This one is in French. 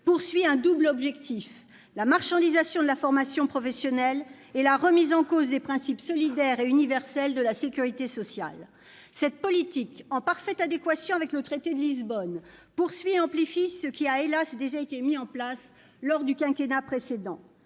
vise un double objectif : la marchandisation de la formation professionnelle et la remise en cause des principes solidaires et universels de la sécurité sociale. Cette politique en parfaite adéquation avec le traité de Lisbonne poursuit et amplifie ce qui a, hélas, déjà été mis en place lors du précédent